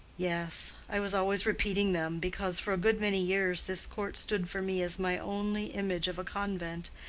yes. i was always repeating them, because for a good many years this court stood for me as my only image of a convent,